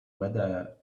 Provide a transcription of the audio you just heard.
whether